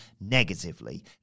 negatively